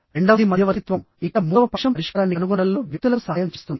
రెండవది మధ్యవర్తిత్వం ఇక్కడ మూడవ పక్షం పరిష్కారాన్ని కనుగొనడంలో వ్యక్తులకు సహాయం చేస్తుంది